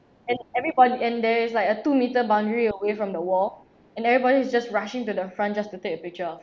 and everybody and there is like a two-metre boundary away from the wall and everybody is just rushing to the front just to take a picture of